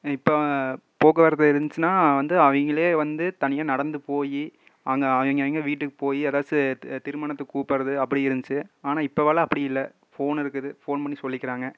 இப்போ போக்குவரத்து இருந்துச்சுனா வந்து அவங்களே வந்து தனியாக நடந்து போய் அங்கே அவங்கவிங்க வீட்டுக்கு போய் யாராச்சு திருமணத்துக்கு கூப்பிடுறது அப்படி இருந்துச்சு ஆனால் இப்பல்லாம் அப்படி இல்லை ஃபோன் இருக்குது ஃபோன் பண்ணி சொல்லிக்கிறாங்க